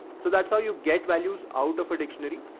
so that's how you get values out of a dictionary.